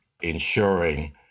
ensuring